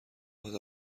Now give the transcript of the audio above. بعد